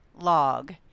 log